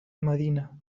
medina